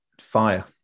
Fire